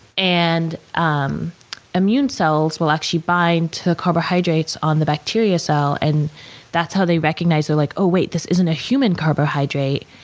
and um immune cells will actually bind to carbohydrates on the bacteria cell. and that's how they recognize, they're like, oh wait, this isn't a human carbohydrate,